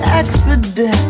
accident